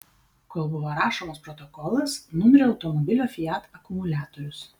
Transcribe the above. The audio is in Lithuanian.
kol buvo rašomas protokolas numirė automobilio fiat akumuliatorius